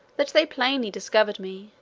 that they plainly discovered me,